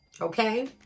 Okay